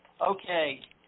Okay